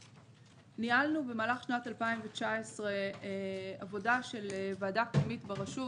ניהלנו במהלך שנת 2019 עבודה של ועדה פנימית ברשות